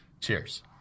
cheers